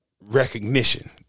recognition